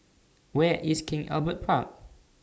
Where IS King Albert Park